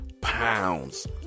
pounds